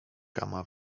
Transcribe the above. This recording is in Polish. kama